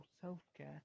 self-care